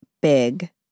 big